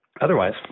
Otherwise